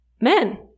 men